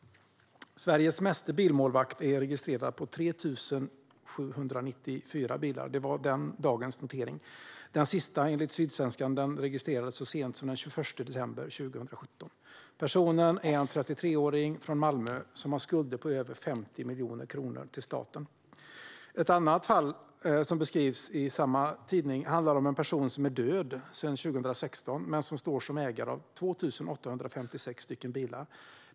Sveriges meste bilmålvakt är registrerad på 3 794 bilar. Det var den dagens notering. Den sista, enligt Sydsvenskan, registrerades så sent som den 21 december 2017. Personen är en 33-åring från Malmö som har skulder på över 50 miljoner kronor till staten. Ett annat fall som beskrivs i samma tidning handlar om en person som är död sedan 2016 men som står som ägare av 2 856 bilar.